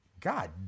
God